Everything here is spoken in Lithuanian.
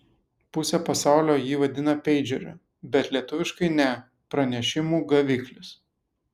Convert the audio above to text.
pusė pasaulio jį vadina peidžeriu bet lietuviškai ne pranešimų gaviklis